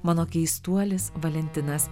mano keistuolis valentinas